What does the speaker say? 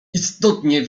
istotnie